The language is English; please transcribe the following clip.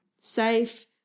safe